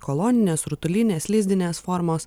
koloninės rutulinės lizdinės formos